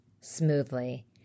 smoothly